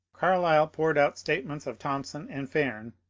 carlyle poured out statements of thompson and fairn,